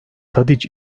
tadiç